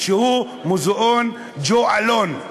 שהוא מוזיאון ג'ו אלון.